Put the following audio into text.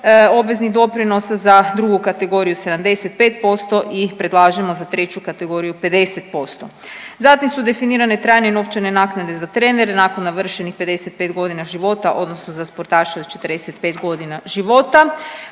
obveznih doprinosa, za drugu kategoriju 75% i predlažemo za treću kategoriju 50%. Zatim su definirane trajne novčane naknade za trenere nakon navršenih 55 godina života odnosno za sportaše od 45 godina života,